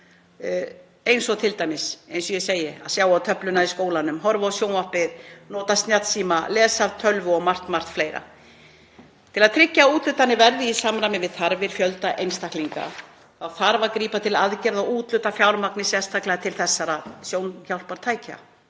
ekki áður, eins og t.d. að sjá á töfluna í skólanum, horfa á sjónvarpið, nota snjallsíma, lesa af tölvu og margt fleira. Til að tryggja að úthlutanir verði í samræmi við þarfir fjölda einstaklinga þarf að grípa til aðgerða og úthluta fjármagni sérstaklega til þessara sjónhjálpartækja.